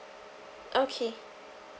okay